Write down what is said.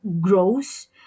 grows